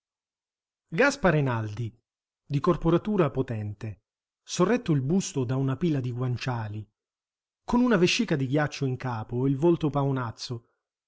gaspare naldi di corporatura potente sorretto il busto da una pila di guanciali con una vescica di ghiaccio in capo il volto paonazzo